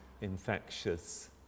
infectious